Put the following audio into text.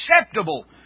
acceptable